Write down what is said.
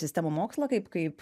sistemų mokslo kaip kaip